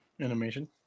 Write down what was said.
Animation